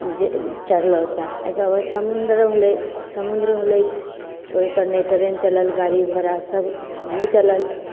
जे चढ़लहुँ तऽ एगो समुद्रो होलय समुद्र होलय ओइपर ने ट्रेन चलल गाड़ी घोड़ा सब नहि चलल